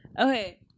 Okay